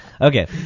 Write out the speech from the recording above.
Okay